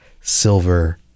Silver